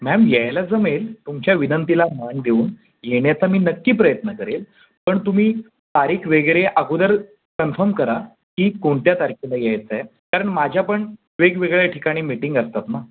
ma'am यायला जमेल तुमच्या विनंतीला मान देऊन येण्याचा मी नक्की प्रयत्न करेन पण तुम्ही तारीख वगैरे अगोदर कन्फर्म करा की कोणत्या तारखेला यायचं आहे कारण माझ्या पण वेगवेगळ्या ठिकाणी मिटिंग असतात ना